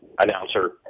announcer